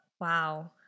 Wow